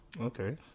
Okay